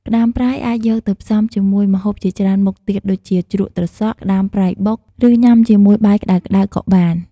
ក្តាមប្រៃអាចយកទៅផ្សំជាមួយម្ហូបជាច្រើនមុខទៀតដូចជា ជ្រក់ត្រសក់ ក្តាមប្រៃបុក ឬញ៉ាំជាមួយបាយក្តៅៗក៏បាន។